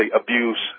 abuse